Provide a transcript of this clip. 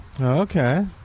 Okay